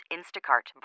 Instacart